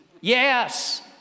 Yes